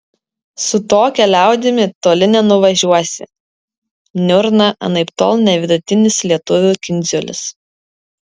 su tokia liaudimi toli nenuvažiuosi niurna anaiptol ne vidutinis lietuvių kindziulis